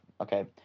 okay